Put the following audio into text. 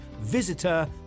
visitor